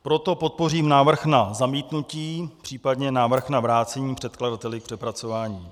Proto podpořím návrh na zamítnutí, případně návrh na vrácení předkladateli k přepracování.